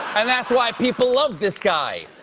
and that's why people love this guy,